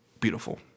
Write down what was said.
Beautiful